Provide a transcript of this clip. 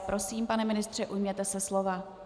Prosím, pane ministře, ujměte se slova.